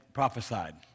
prophesied